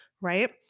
Right